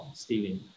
stealing